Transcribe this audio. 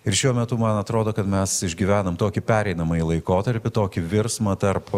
ir šiuo metu man atrodo kad mes išgyvenam tokį pereinamąjį laikotarpį tokį virsmą tarp